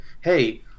Hey